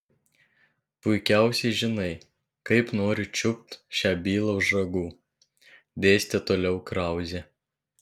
puikiausiai žinai kaip noriu čiupt šią bylą už ragų dėstė toliau krauzė